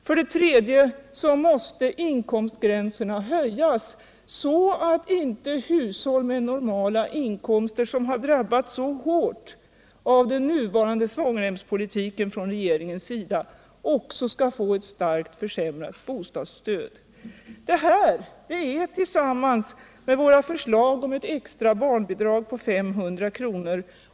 För det tredje måste inkomstgränserna höjas så att inte hushåll med normala inkomster, som har drabbats mycket hårt av den nuvarande svångremspolitiken från regeringens sida, också skall få ett starkt försämrat bostadsstöd. Det här är, tillsammans med våra förslag om ett extra barnbidrag på 500 kr.